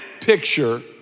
picture